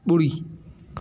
बु॒ड़ी